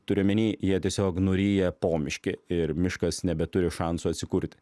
turiu omeny jie tiesiog nuryja pomiškį ir miškas nebeturi šansų atsikurti